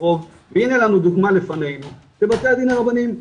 הנה לנו דוגמא לפנינו בבתי הדין הרבניים,